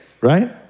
right